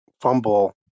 fumble